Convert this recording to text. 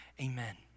amen